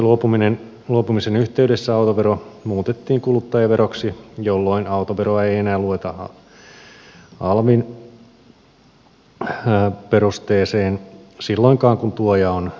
elvstä luopumisen yhteydessä autovero muutettiin kuluttajaveroksi jolloin autoveroa ei enää lueta alvin perusteeseen silloinkaan kun tuoja on alvivelvollinen